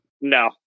No